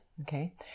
okay